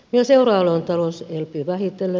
myös euroalueen talous elpyy vähitellen